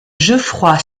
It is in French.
geoffroy